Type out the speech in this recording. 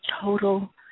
Total